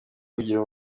kugira